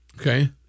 Okay